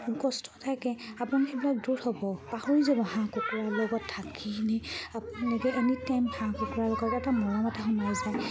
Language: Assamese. কষ্ট থাকে আপুনি সেইবিলাক দূৰ হ'ব পাহৰি যাব হাঁহ কুকুৰাৰ লগত থাকি কিনে আপোনালোকে এনিটাইম হাঁহ কুকুৰাৰ লগত এটা মৰম এটা সোমাই যায়